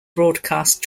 broadcast